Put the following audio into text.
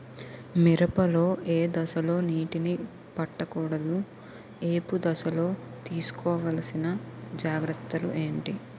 మిరప లో ఏ దశలో నీటినీ పట్టకూడదు? ఏపు దశలో తీసుకోవాల్సిన జాగ్రత్తలు ఏంటి?